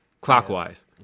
clockwise